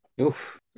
Oof